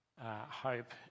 hope